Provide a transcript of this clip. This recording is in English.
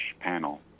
panel